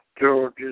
George